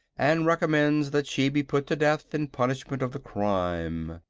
and recommends that she be put to death in punishment of the crime.